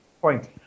point